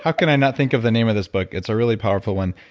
ah can i not think of the name of this book? it's a really powerful one.